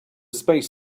space